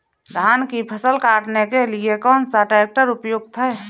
धान की फसल काटने के लिए कौन सा ट्रैक्टर उपयुक्त है?